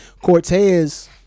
cortez